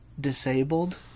disabled